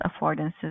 affordances